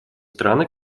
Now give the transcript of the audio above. страны